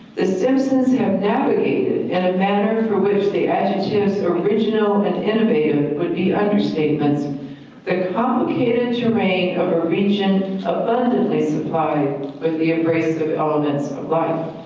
the simpsons have navigated in a manner for which the add original and innovative would be understatements that complicated terrain of a region abundantly supplied with the abrasive elements of life.